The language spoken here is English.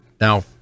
now